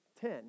ten